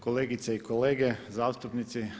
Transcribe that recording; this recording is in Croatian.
Kolegice i kolege, zastupnici.